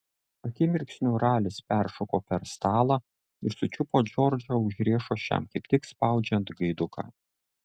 akimirksniu ralis peršoko per stalą ir sučiupo džordžą už riešo šiam kaip tik spaudžiant gaiduką